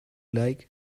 like